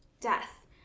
Death